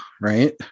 right